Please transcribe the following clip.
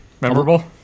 Memorable